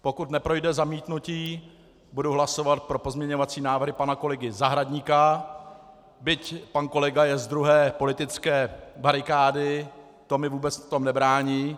Pokud neprojde zamítnutí, budu hlasovat pro pozměňovací návrhy pana kolegy Zahradníka, byť pan kolega je z druhé politické barikády, to mi v tom vůbec nebrání.